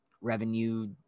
revenue